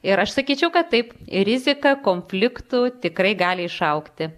ir aš sakyčiau kad taip ir rizika konfliktų tikrai gali išaugti